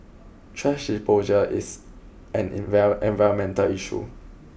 trash disposal is an environmental issue